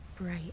bright